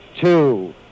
two